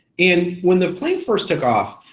and when the plane first took off,